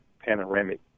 panoramic